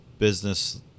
business